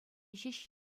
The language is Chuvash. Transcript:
ҫеҫ